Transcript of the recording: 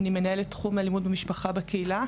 ואני מנהלת תחום אלימות במשפחה בקהילה.